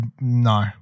no